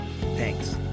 thanks